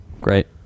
great